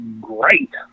great